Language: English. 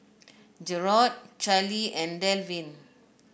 Jerod Charley and Delvin